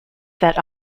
that